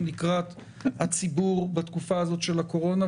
לקראת הציבור בתקופה הזאת של הקורונה,